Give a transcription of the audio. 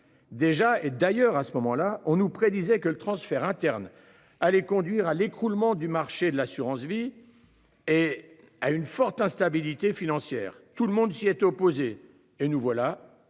Déjà et d'ailleurs à ce moment-là on nous prédisait que le transfert interne à les conduire à l'écroulement du marché de l'assurance vie. Et à une forte instabilité financière. Tout le monde s'y est opposée et nous voilà